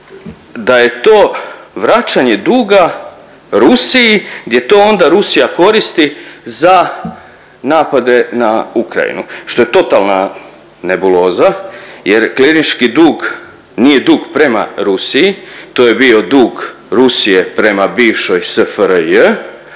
da je to vraćanje duga Rusiji gdje to onda Rusija koristi za napade na Ukrajinu što je totalna nebuloza jer klinički dug nije dug prema Rusiji, to je bio dug Rusije prema bivšoj SFRJ,